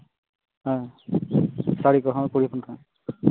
ᱦᱮᱸ ᱥᱟᱹᱲᱤ ᱠᱚᱦᱚᱸ ᱠᱩᱲᱤ ᱦᱚᱯᱚᱱ ᱠᱚ